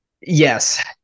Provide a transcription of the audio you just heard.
Yes